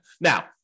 Now